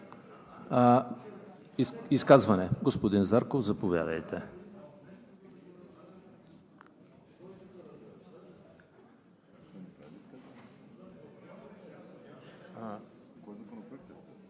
Изказване – господин Зарков, заповядайте.